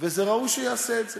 וזה ראוי שיעשה את זה.